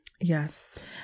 yes